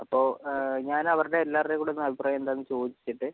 അപ്പോൾ ഞാൻ അവരുടെ എല്ലാവരുടെയും കൂടെയൊന്ന് അഭിപ്രായം എന്താണെന്ന് ചോദിച്ചിട്ട്